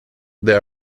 they